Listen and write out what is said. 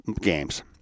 games